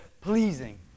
pleasing